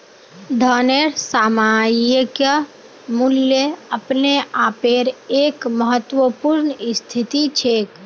धनेर सामयिक मूल्य अपने आपेर एक महत्वपूर्ण स्थिति छेक